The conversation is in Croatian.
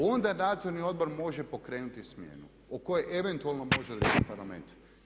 Onda nadzorni odbor može pokrenuti smjenu o kojoj eventualno može odlučiti Parlament.